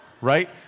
Right